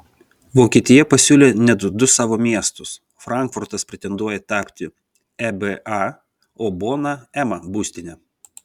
vokietija pasiūlė net du savo miestus frankfurtas pretenduoja tapti eba o bona ema būstine